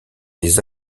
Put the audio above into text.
les